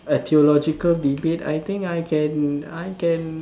a theological debate I think I can I can